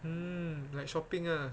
mm like shopping ah